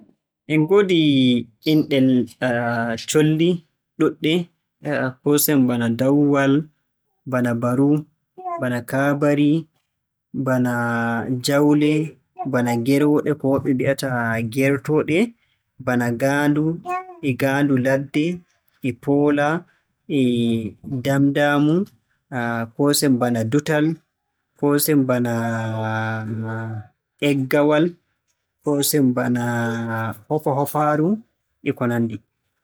En ngoodi inɗe le- colli ɗuuɗɗe, koosen bana dawwal, bana baru, bana kaabari, bana jaawle, bana gerooɗe ko woɓɓe mbi'ata gertooɗe bana ngaandu e ngaandu ladde, e poola, e daamdaamu, koosen bana dutal, koosen bana eggawal, koosen bana hofahofaaru e ko nanndi.